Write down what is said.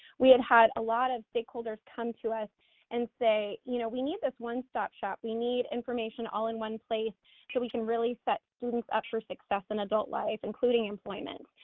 we had had a lot of stakeholders come to us and say, you know, we need this one-stop shop, we need information all in one place so we can really set students up for success in adult life including employment,